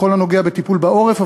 בכל הנוגע בטיפול בעורף,